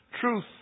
truth